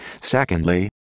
Secondly